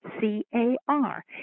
C-A-R